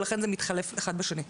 ולכן זה מתחלף אחד בשני.